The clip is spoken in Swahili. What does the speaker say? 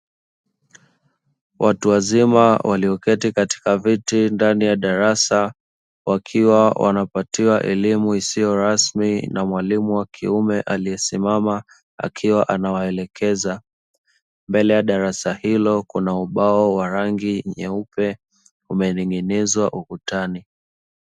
Watu wazima walioketi katika viti ndani ya darasa, wakiwa wanapatiwa elimu isiyo rasmi na mwalimu wa kiume aliyesimama akiwa anawaelekeza. Mbele ya darasa hilo kuna ubao wa rangi nyeupe umening'inizwa ukutani.